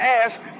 ask